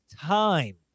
time